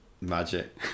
Magic